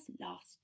last